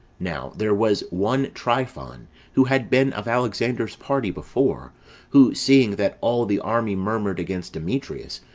now there was one tryphon who had been of alexander's party before who seeing that all the army murmured against demetrius,